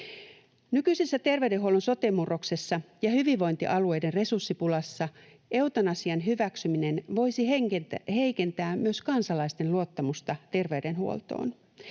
Nykyisessä terveydenhuollon sote-murroksessa ja hyvinvointialueiden resurssipulassa eutanasian hyväksyminen voisi heikentää myös kansalaisten luottamusta terveydenhuoltoon.